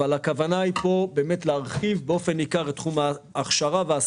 הכוונה פה היא להרחיב באופן ניכר את תחום ההכשרה וההסמכה.